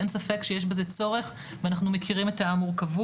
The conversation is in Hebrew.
אין ספק שיש בזה צורך ואנחנו מכירים את המורכבות.